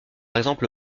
exemple